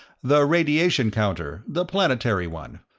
the radiation counter the planetary one,